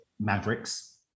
mavericks